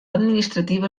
administrativa